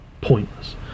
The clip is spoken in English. pointless